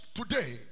today